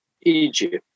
Egypt